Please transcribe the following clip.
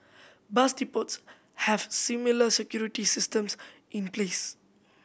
bus depots have similar security systems in place